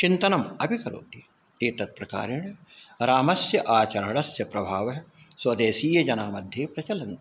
चिन्तनम् अपि करोति एतत् प्रकारेण रामस्य आचरणस्य प्रभावः स्वदेशीयजनमध्ये प्रचलन्ति